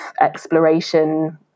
exploration